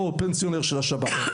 אותו פנסיונר של השב״כ.